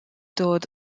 dod